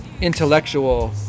intellectual